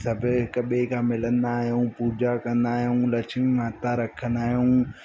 सभ हिक ॿिए खां मिलंदा आहियूं पूॼा कंदा आहियूं लक्ष्मी माता रखंदा आहियूं